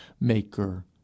Maker